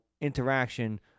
interaction